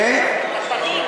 ואת התנים.